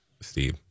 Steve